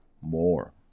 more